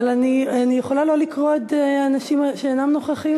אבל אני יכולה לא לקרוא את האנשים שאינם נוכחים,